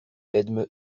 edme